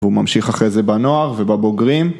והוא ממשיך אחרי זה בנוער ובבוגרים.